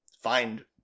find